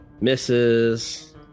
misses